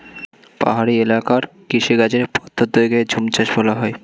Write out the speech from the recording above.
পাহাড়ি এলাকার কৃষিকাজের পদ্ধতিকে ঝুমচাষ বলা হয়